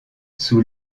sous